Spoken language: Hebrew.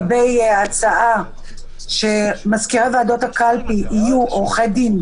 להצעה שמזכירי ועדות הקלפי יהיו עורכי דין,